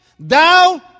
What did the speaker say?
Thou